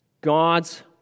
God's